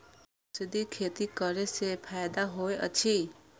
औषधि खेती करे स फायदा होय अछि?